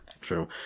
True